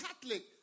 Catholic